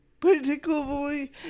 particularly